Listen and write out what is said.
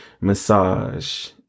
massage